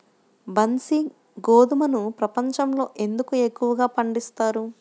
బన్సీ గోధుమను ప్రపంచంలో ఎందుకు ఎక్కువగా పండిస్తారు?